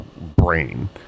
brain